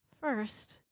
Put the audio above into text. First